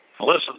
listen